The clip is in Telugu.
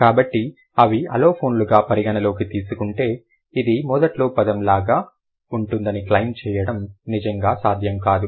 కాబట్టి అవి అలోఫోన్లుగా పరిగణనలోకి తీసుకుంటే ఇది మొదట్లో పదం లాగా ఉంటుందని క్లెయిమ్ చేయడం నిజంగా సాధ్యం కాదు